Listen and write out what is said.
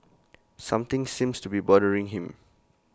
something seems to be bothering him